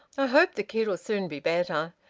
i hope the kid'll soon be better.